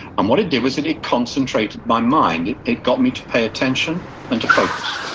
um what it did was it it concentrated my mind. it got me to pay attention and to focus.